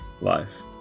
life